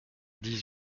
dix